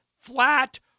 flat